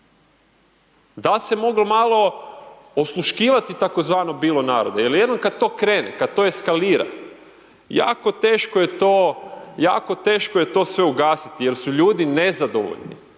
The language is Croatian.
dal' se moglo malo osluškivati tako zvano bilo naroda, jer jednom kad to krene, kad to eskalira, jako teško je to, jako teško je to sve ugasiti jer su ljudi nezadovoljni.